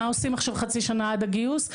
מה עושים עכשיו חצי שנה עד הגיוס?